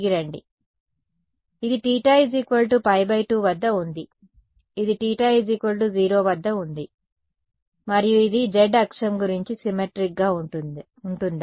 కాబట్టి ఇది θ π2 వద్ద ఉంది ఇది θ 0 వద్ద ఉంది మరియు ఇది z అక్షం గురించి సిమ్మెట్రీక్ గా ఉంటుందా